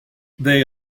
they